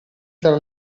tra